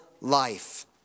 life